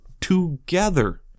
together